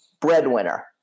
Breadwinner